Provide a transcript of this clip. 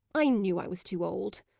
i knew i was too old.